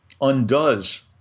undoes